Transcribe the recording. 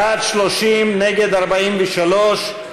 בעד, 30, נגד, 43,